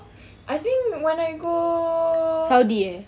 I think when I go